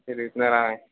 తిరుగుతున్నారా